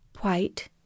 White